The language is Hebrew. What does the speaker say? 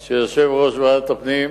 של יושב-ראש ועדת הפנים,